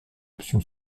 option